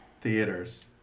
theaters